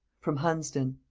from hunsdon.